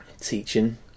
teaching